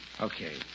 Okay